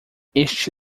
este